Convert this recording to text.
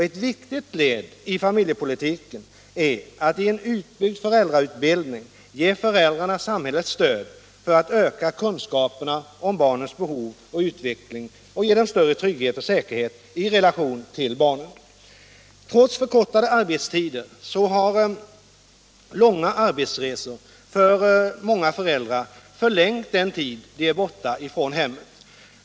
Ett viktigt led i familjepolitiken är att i en utbyggd föräldrautbildning ge föräldrarna samhällets stöd för att öka kunskaperna om barnens behov och utveckling och ge dem större trygghet och säkerhet i relation till barnet. Trots förkortade arbetstider har långa arbetsresor för många föräldrar förlängt den tid de är borta från hemmet.